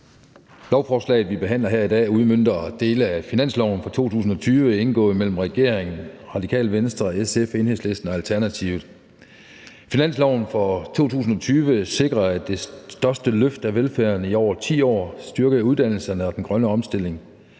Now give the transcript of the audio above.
Lovforslaget, vi behandler her i dag, udmønter dele af finansloven for 2020 indgået mellem regeringen, Radikale Venstre, SF, Enhedslisten og Alternativet. Finansloven for 2020 sikrer det største løft af velfærden i over 10 år og styrker uddannelserne og den grønne omstilling.